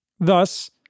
Thus